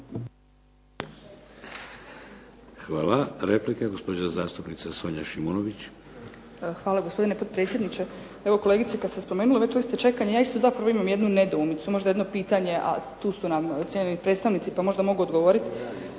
Hvala. Replika, gospođa zastupnica Sonja Šimunović. **Šimunović, Sonja (SDP)** Hvala gospodine potpredsjedniče. Evo kolegice kad ste spomenuli već liste čekanja ja isto zapravo imam jednu nedoumicu, možda jedno pitanje, a tu su nam cijenjeni predstavnici pa možda mogu odgovoriti.